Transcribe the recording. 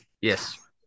Yes